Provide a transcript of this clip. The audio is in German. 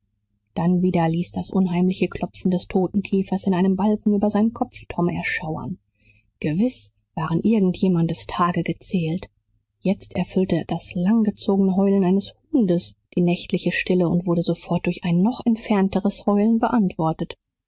dann wieder ließ das unheimliche klopfen des totenkäfers in einem balken über seinem kopf tom erschauern gewiß waren irgend jemandes tage gezählt jetzt erfüllte das langgezogene heulen eines hundes die nächtliche stille und wurde sofort durch ein noch entfernteres heulen beantwortet